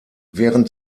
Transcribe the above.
während